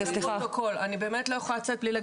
אני חייבת לצאת לישיבת סיעה,